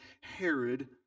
Herod